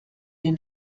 den